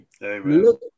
Look